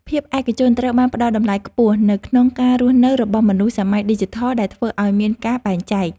ភាពឯកជនត្រូវបានផ្ដល់តម្លៃខ្ពស់នៅក្នុងការរស់នៅរបស់មនុស្សសម័យឌីជីថលដែលធ្វើឱ្យមានការបែងចែក។